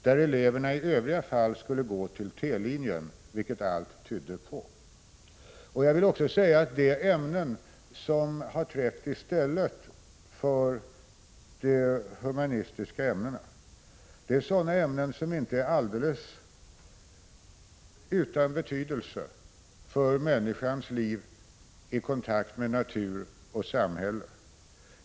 Allt tyder på att de senare eleverna i övriga fall skulle gå till T-linjen. De ämnen som har trätt i stället för de humanistiska ämnena är sådana ämnen som inte är alldeles utan betydelse för människans liv i kontakt med natur och samhälle.